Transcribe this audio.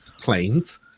planes